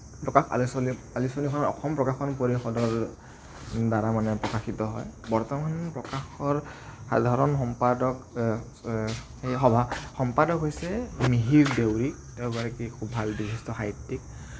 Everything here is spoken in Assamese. প্ৰকাশ আলোচনী আলোচনীৰখন অসম প্ৰকাশন পৰিষদৰ দ্বাৰা মানে প্ৰকাশিত হয় বৰ্তমান প্ৰকাশৰ সাধাৰণ সম্পাদক সম্পাদক হৈছে মিহিৰ দেউৰী তেওঁ এগৰাকী খুব ভাল বিশিষ্ঠ সাহিত্যিক